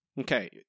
Okay